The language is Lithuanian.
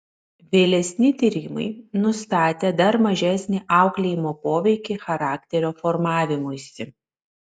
vėlesni tyrimai nustatė dar mažesnį auklėjimo poveikį charakterio formavimuisi